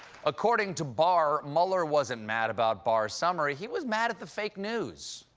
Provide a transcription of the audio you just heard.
according to barr, mueller wasn't mad about barr's summary. he was mad at the fake news.